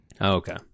Okay